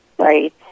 right